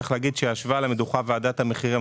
צריך להגיד שישבה על המדוכה ועדת המחירים